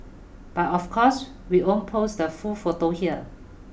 but of course we won't post the full photo here